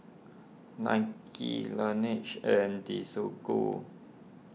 Nike Laneige and Desigual